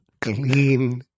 clean